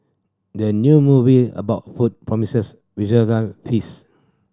the new movie about food promises visual feast